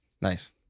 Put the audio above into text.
Nice